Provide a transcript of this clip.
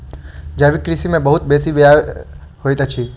जैविक कृषि में बहुत बेसी व्यय होइत अछि